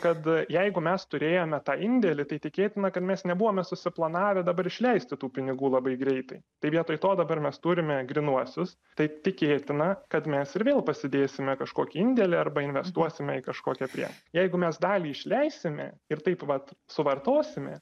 kad jeigu mes turėjome tą indėlį tai tikėtina kad mes nebuvome susiplanavę dabar išleisti tų pinigų labai greitai tai vietoj to dabar mes turime grynuosius tai tikėtina kad mes ir vėl pasidėsime kažkokį indėlį arba investuosime į kažkokią prie jeigu mes dalį išleisime ir taip vat suvartosime